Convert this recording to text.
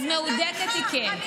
אז מהודקת היא כן.